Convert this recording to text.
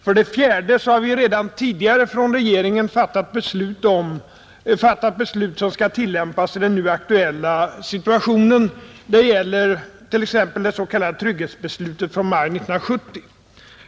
För det fjärde har vi redan tidigare i regeringen fattat beslut, som skall tillämpas i den nu aktuella situationen, t.ex. när det gäller det s.k. trygghetsbeslutet från maj 1970.